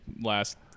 last